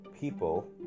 people